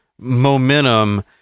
momentum